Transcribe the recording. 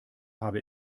habe